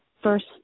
first